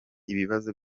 ibibazo